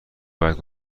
باید